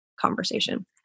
conversation